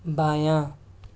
بایاں